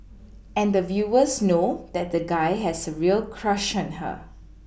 and the viewers know that the guy has a real crush on her